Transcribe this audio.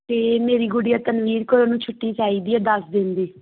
ਅਤੇ ਮੇਰੀ ਗੁੜੀਆ ਤਨਵੀਰ ਕੌਰ ਨੂੰ ਛੁੱਟੀ ਚਾਹੀਦੀ ਹੈ ਦਸ ਦਿਨ ਦੀ